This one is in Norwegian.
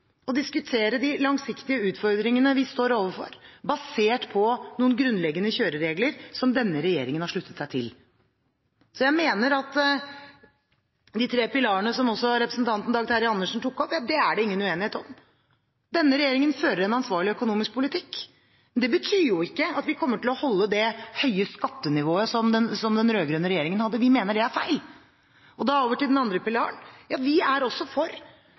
å diskutere de langsiktige utfordringene vi står overfor, basert på noen grunnleggende kjøreregler som denne regjeringen har sluttet seg til. Jeg mener at de tre pilarene, som også representanten Dag Terje Andersen tok opp, er det ingen uenighet om. Denne regjeringen fører en ansvarlig økonomisk politikk, men det betyr ikke at vi kommer til å holde det høye skattenivået som den rød-grønne regjeringen hadde. Vi mener det er feil. Så over til den andre pilaren. Vi er også for